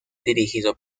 dirigido